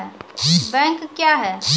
Bank क्या हैं?